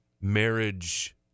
marriage